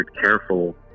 careful